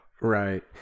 Right